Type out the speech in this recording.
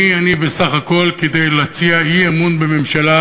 מי אני בסך הכול כדי להציע אי-אמון בממשלה